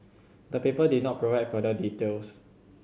the paper did not provide further details